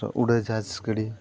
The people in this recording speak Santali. ᱩᱲᱟᱹ ᱡᱟᱦᱟᱡᱽ ᱜᱟᱹᱰᱤ